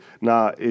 Now